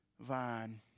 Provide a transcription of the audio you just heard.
vine